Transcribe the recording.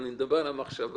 אני מדבר על המחשבה.